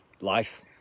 life